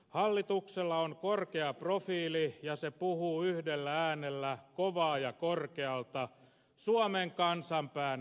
hallituksella on korkea profiili ja se puhuu yhdellä äänellä kovaa ja korkealta suomen kansan pään yläpuolelta